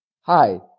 hi